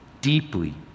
deeply